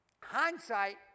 hindsight